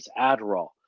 Adderall